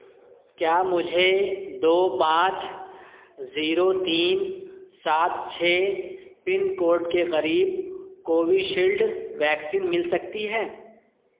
کیا مجھے دو پانچ زیرو تین سات چھ پن کوڈ کے قریب کووشیلڈ ویکسین مل سکتی ہے